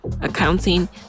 accounting